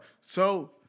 So-